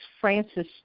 Francis